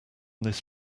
this